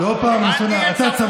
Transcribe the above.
אז אל